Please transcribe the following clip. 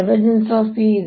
E 𝝆Ɛ ಆಗಿತ್ತು